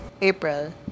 April